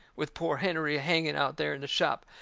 with poor hennerey a-hanging out there in the shop.